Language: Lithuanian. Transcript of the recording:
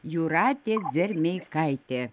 jūratė dzermeikaitė